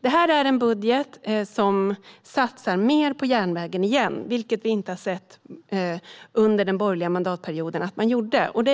Detta är en budget där det satsas mer på järnvägen igen - något som vi inte har sett att man gjorde under de borgerliga mandatperioderna. Det är jag glad för.